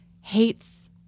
hates